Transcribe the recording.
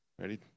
Ready